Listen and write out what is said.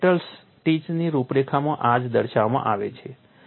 તેથી મેટલ સ્ટીચની રૂપરેખામાં આ જ દર્શાવવામાં આવી છે